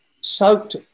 soaked